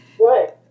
Right